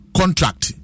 contract